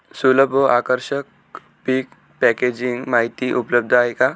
सुलभ व आकर्षक पीक पॅकेजिंग माहिती उपलब्ध आहे का?